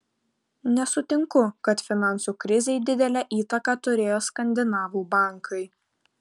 nesutinku kad finansų krizei didelę įtaką turėjo skandinavų bankai